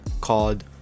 called